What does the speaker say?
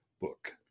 book